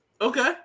Okay